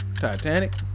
titanic